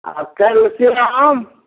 आ कैल्सियम